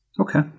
Okay